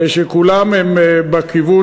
שכולם הם בכיוון,